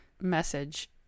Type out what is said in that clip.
message